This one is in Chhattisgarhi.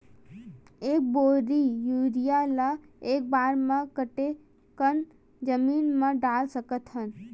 एक बोरी यूरिया ल एक बार म कते कन जमीन म डाल सकत हन?